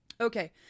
Okay